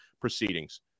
proceedings